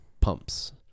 pumps